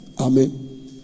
Amen